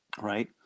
Right